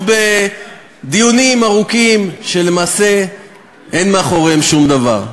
בדיונים ארוכים שלמעשה אין מאחוריהם שום דבר.